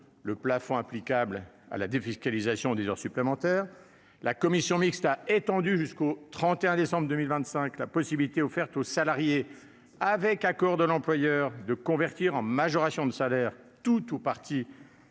du plafond applicable pour la défiscalisation des heures supplémentaires. Elle a ensuite étendu jusqu'au 31 décembre 2025 la possibilité offerte aux salariés, avec l'accord de l'employeur, de convertir en majoration de salaire tout ou partie